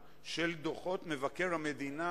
הבעיה היא שדוחות מבקר המדינה